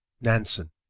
Nansen